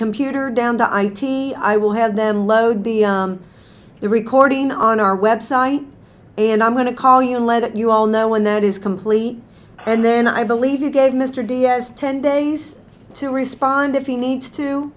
computer down to i t i will have them load the the recording on our website and i'm going to call you and let you all know when that is complete and then i believe you gave mr diaz ten days to respond if you need to